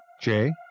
Jay